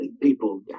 people